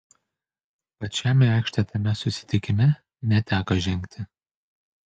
pačiam į aikštę tame susitikime neteko žengti